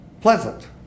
pleasant